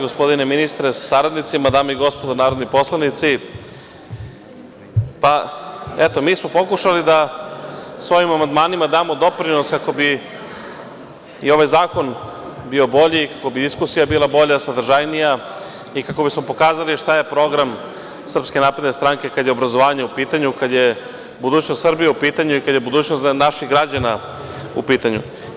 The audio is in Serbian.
Gospodine ministre sa saradnicima, dame i gospodo narodni poslanici, mi smo pokušali da svojim amandmanima damo doprinos kako bi i ovaj zakon bio bolji, kako bi diskusija bila bolja, sadržajnija i kako bismo pokazali šta je program SNS kada je obrazovanje u pitanju, kada je budućnost Srbije i kada je budućnost naših građana u pitanju.